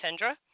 Tendra